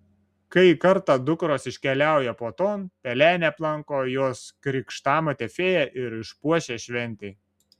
kai kartą dukros iškeliauja puoton pelenę aplanko jos krikštamotė fėja ir išpuošia šventei